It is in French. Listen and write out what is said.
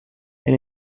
elle